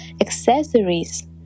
accessories